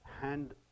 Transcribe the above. hand